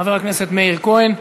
חבר הכנסת מאיר כהן,